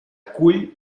cull